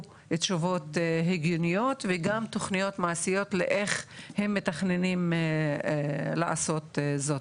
תשובות הגיוניות וגם תוכניות מעשיות לאיך הם מתכננים לעשות זאת,